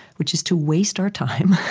which is to waste our time